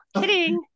kidding